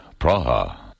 Praha